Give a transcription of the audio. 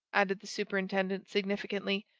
added the superintendent, significantly,